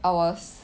I was